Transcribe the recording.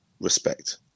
respect